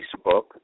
Facebook